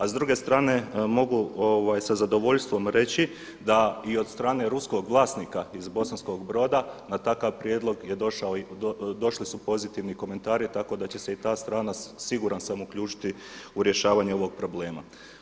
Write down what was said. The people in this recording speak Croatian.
A s druge strane mogu sa zadovoljstvom reći da i od strane ruskog vlasnika iz Bosanskog Broda na takav prijedlog je došli su pozitivni komentari tako da će se i ta strana siguran sam uključiti u rješavanje ovog problema.